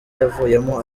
yavuyemo